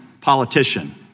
politician